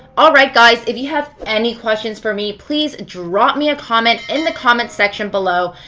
alright guys, if you have any questions for me, please drop me a comment in the comment section below.